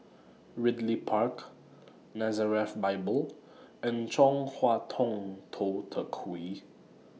Ridley Park Nazareth Bible and Chong Hua Tong Tou Teck Hwee